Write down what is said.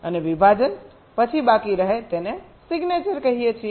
અને વિભાજન વિભાજન પછી બાકી રહે તેને સિગ્નેચર કહીએ છીએ